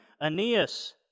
Aeneas